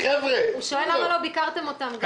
הוא שואל למה לא ביקרתם גם אותם.